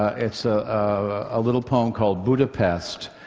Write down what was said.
it's a little poem called budapest,